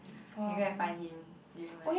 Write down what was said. can go and find him during my